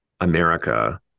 America